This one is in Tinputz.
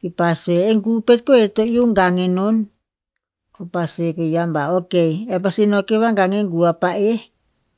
Kipa sue e gu pet kove to iuh gang enon, ko pa sue ya ba ok, e pasi no ke va gang e gu a pa'eh